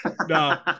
no